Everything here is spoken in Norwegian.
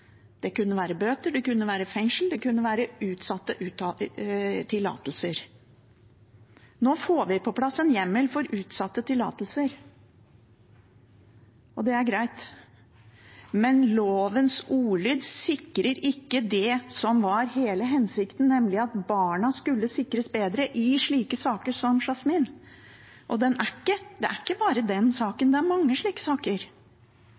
Det kunne være bøter, det kunne være fengsel, det kunne være utsatte tillatelser. Nå får vi på plass en hjemmel for utsatte tillatelser, og det er greit, men lovens ordlyd sikrer ikke det som var hele hensikten, nemlig at barna skulle sikres bedre i slike saker som Yasmins. Og det er ikke bare den saken, det er